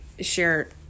share